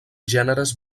gèneres